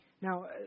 Now